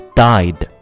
died